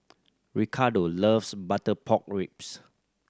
Ricardo loves butter pork ribs